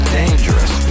dangerous